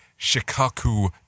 Shikaku